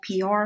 PR